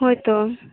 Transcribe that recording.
ᱦᱳᱭ ᱛᱚ